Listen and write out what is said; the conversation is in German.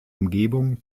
umgebung